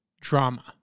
drama